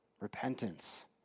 Repentance